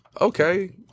okay